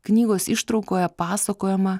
knygos ištraukoje pasakojama